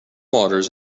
waters